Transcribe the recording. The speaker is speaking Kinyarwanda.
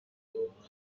murakoze